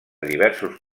diversos